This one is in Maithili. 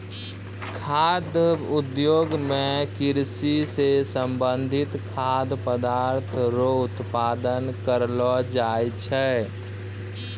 खाद्य उद्योग मे कृषि से संबंधित खाद्य पदार्थ रो उत्पादन करलो जाय छै